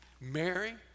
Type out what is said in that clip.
Mary